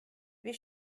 wir